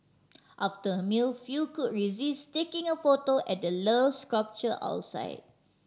after a meal few could resist taking a photo at the Love sculpture outside